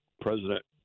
president